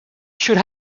should